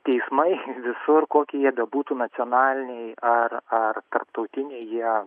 teismai visur kokie jie bebūtų nacionaliniai ar ar tarptautiniai jie